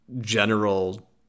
general